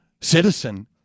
citizen